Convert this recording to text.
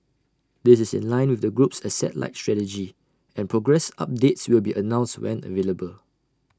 this is in line with the group's asset light strategy and progress updates will be announced when available